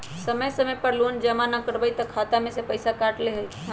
जब समय पर लोन जमा न करवई तब खाता में से पईसा काट लेहई?